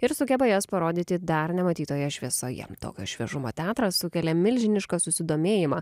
ir sugeba jas parodyti dar nematytoje šviesoje tokio šviežumo teatras sukelia milžinišką susidomėjimą